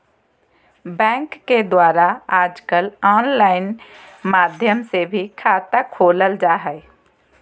bank के द्वारा आजकल आनलाइन माध्यम से भी खाता खोलल जा हइ